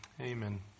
Amen